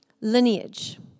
lineage